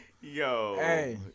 Yo